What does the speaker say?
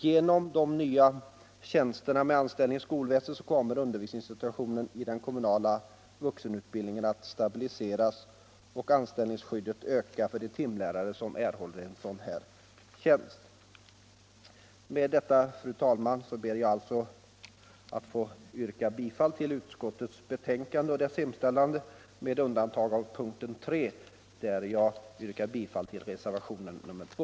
Genom de nya tjänsterna med anställning i skolväsendet kommer undervisningssituationen i den kommunala vuxenutbildningen att stabiliseras och anställningsskyddet att öka för de timlärare som får sådan tjänst. Fru talman! Med det anförda ber jag att få yrka bifall till utskottets hemställan med undantag för punkten 3, där jag yrkar bifall till reservationen 2.